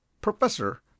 Professor